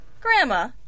Grandma